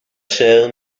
się